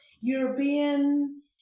European